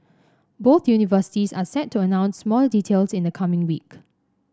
both universities are set to announce more details in the coming week